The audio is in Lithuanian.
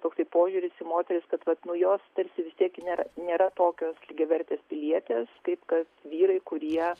toksai požiūris į moteris kad vat nuo jos tarsi vis tiek nėra nėra tokios lygiavertės pilietės kaip kad vyrai kurie